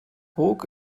look